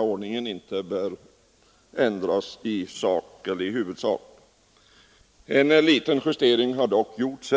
ordning inte bör ändras i huvudsak. En liten justering har utskottet dock gjort.